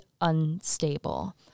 unstable